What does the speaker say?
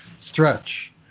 stretch